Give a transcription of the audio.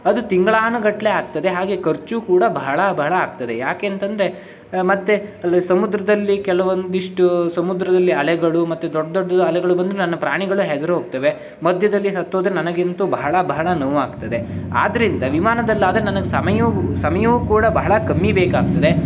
ಅದು ತಿಂಗಳಾನುಗಟ್ಲೆ ಆಗ್ತದೆ ಹಾಗೇ ಖರ್ಚೂ ಕೂಡ ಬಹಳ ಬಹಳ ಆಗ್ತದೆ ಯಾಕೆ ಅಂತಂದರೆ ಮತ್ತೆ ಅಲ್ಲಿ ಸಮುದ್ರದಲ್ಲಿ ಕೆಲವೊಂದಿಷ್ಟು ಸಮುದ್ರದಲ್ಲಿ ಅಲೆಗಳು ಮತ್ತೆ ದೊಡ್ಡ ದೊಡ್ಡದು ಅಲೆಗಳು ಬಂದ್ರೆ ನನ್ನ ಪ್ರಾಣಿಗಳು ಹೆದರೋಗ್ತವೆ ಮಧ್ಯದಲ್ಲಿ ಸತ್ತೋದರೆ ನನಗಂತೂ ಬಹಳ ಬಹಳ ನೋವಾಗ್ತದೆ ಆದ್ದರಿಂದ ವಿಮಾನದಲ್ಲಾದರೆ ನನಗೆ ಸಮಯ ಸಮಯವೂ ಕೂಡ ಬಹಳ ಕಮ್ಮಿ ಬೇಕಾಗ್ತದೆ